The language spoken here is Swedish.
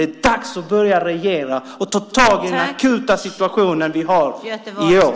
Det är dags att börja regera och ta tag i den akuta situation som vi har i år.